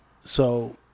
so-